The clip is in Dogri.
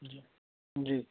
जी